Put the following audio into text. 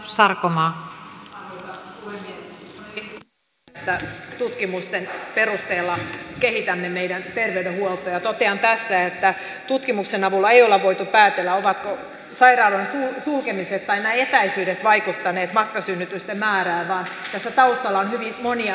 on hyvin tärkeää että tutkimusten perusteella kehitämme meidän terveydenhuoltoa ja totean tässä että tutkimuksen avulla ei olla voitu päätellä ovatko sairaaloiden sulkemiset tai nämä etäisyydet vaikuttaneet matkasynnytysten määrään vaan tässä taustalla on hyvin monia ilmiöitä